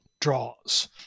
draws